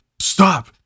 stop